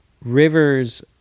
Rivers